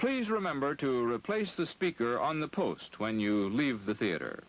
please remember to replace the speaker on the post when you leave the theater